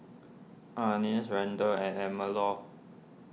Anice Randel and Elmore